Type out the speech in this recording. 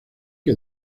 que